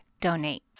donate